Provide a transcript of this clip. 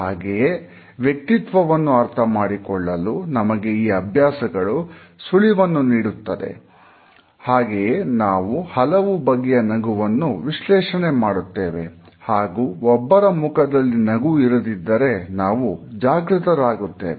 ಹಾಗೆಯೇ ವ್ಯಕ್ತಿತ್ವವನ್ನು ಅರ್ಥಮಾಡಿಕೊಳ್ಳಲು ನಮಗೆ ಈ ಅಭ್ಯಾಸಗಳು ಸುಳಿವನ್ನು ನೀಡುತ್ತದೆ ಹಾಗೆಯೇ ನಾವು ಹಲವು ಬಗೆಯ ನಗುವನ್ನು ವಿಶ್ಲೇಷಣೆ ಮಾಡುತ್ತೇವೆ ಹಾಗೂ ಒಬ್ಬರ ಮುಖದಲ್ಲಿ ನಗು ಇರದಿದ್ದರೆ ನಾವು ಜಾಗೃತ ರಾಗುತ್ತೇವೆ